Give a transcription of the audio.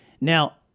Now